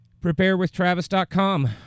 preparewithtravis.com